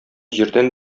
җирдән